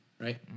right